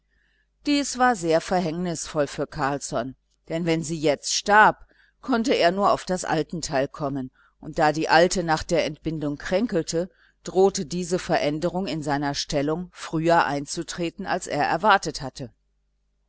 dies war sehr verhängnisvoll für carlsson denn wenn sie jetzt starb konnte er nur auf das altenteil kommen und da die alte nach der entbindung kränkelte drohte diese veränderung in seiner stellung früher einzutreten als er erwartet hatte